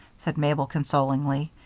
said mabel, consolingly.